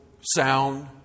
sound